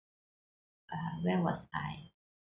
uh where was I